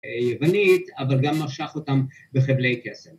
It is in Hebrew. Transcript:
‫היוונית, אבל גם משך אותם ‫בחבלי קסם.